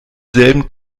selben